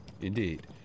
Indeed